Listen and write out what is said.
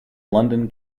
london